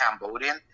Cambodian